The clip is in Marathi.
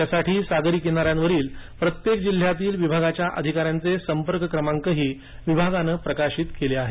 यासाठी सागरी किनाऱ्यावरील प्रत्येक जिल्ह्यातील विभागाच्या अधिकाऱ्यांचे संपर्क क्रमांकही विभागानं प्रकाशित केले आहेत